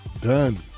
Done